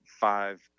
five